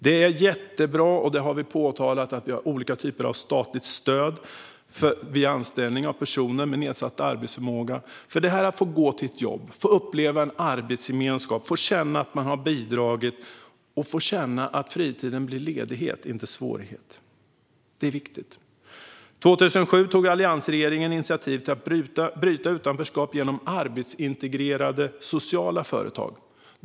Vi har pekat på att det är jättebra att det finns olika typer av statligt stöd vid anställning av personer med nedsatt arbetsförmåga. Detta att få gå till ett jobb, att få uppleva en arbetsgemenskap, att få känna att man har bidragit och att få känna att fritiden blir en ledighet och inte en svårighet - det är viktigt. År 2007 tog alliansregeringen initiativ till att bryta utanförskap genom arbetsintegrerade sociala företag.